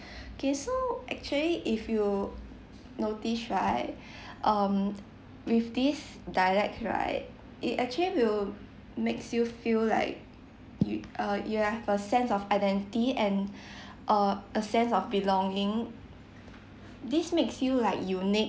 K so actually if you notice right um with these dialects right it actually will makes you feel like you uh you have a sense of identity and uh a sense of belonging this makes you like unique